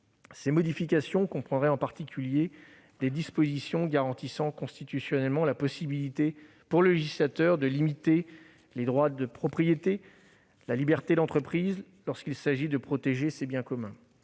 Ces modifications comprendraient en particulier des dispositions garantissant constitutionnellement la possibilité pour le législateur de limiter les droits de propriété et la liberté d'entreprise lorsqu'il s'agit de protéger ces « biens communs